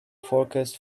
forecast